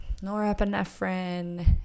norepinephrine